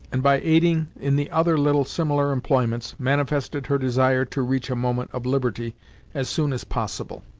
and by aiding in the other little similar employments, manifested her desire to reach a moment of liberty as soon as possible.